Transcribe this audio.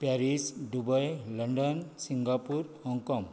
Paris Dubai London Singapore Hong Kong